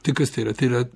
tai kas tai yra tai yra